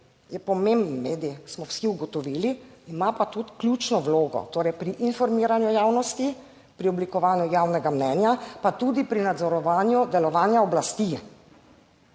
je pomemben medij, smo vsi ugotovili, ima pa tudi ključno vlogo torej pri informiranju javnosti, pri oblikovanju javnega mnenja pa tudi pri nadzorovanju delovanja oblasti.